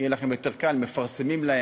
יהיה לכם יותר קל, מפרסמים להם: